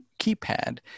keypad